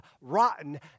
rotten